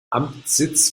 amtssitz